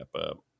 up